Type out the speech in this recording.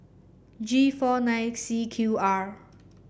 G four nine C Q R